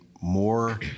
more